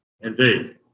Indeed